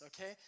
okay